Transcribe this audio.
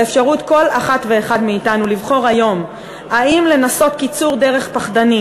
באפשרות כל אחת ואחד מאתנו לבחור היום האם לנסות קיצור דרך פחדני,